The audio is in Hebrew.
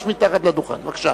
בבקשה.